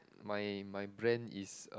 my my brand is